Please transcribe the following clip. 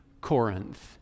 Corinth